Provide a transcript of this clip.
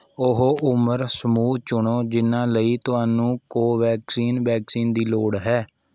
ਉਹ ਉਮਰ ਸਮੂਹ ਚੁਣੋ ਜਿਨ੍ਹਾਂ ਲਈ ਤੁਹਾਨੂੰ ਕੋਵੈਕਸਿਨ ਵੈਕਸੀਨ ਦੀ ਲੋੜ ਹੈ